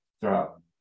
throughout